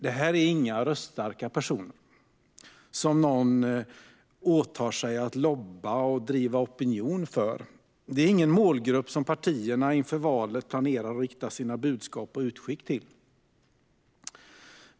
Det här är inga röststarka personer som någon åtar sig att lobba och driva opinion för. Det är ingen målgrupp som partierna inför valet planerar att rikta sina budskap och utskick till.